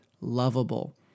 lovable